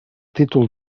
títol